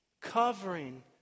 Covering